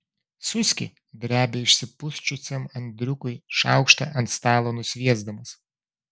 suski drebia išsipusčiusiam andriukui šaukštą ant stalo nusviesdamas